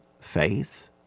faith